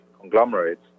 conglomerates